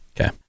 Okay